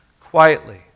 quietly